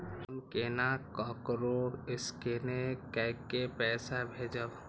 हम केना ककरो स्केने कैके पैसा भेजब?